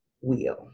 wheel